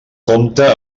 compta